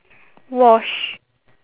wash